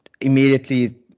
immediately